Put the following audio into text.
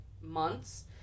months